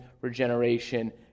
regeneration